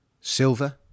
Silver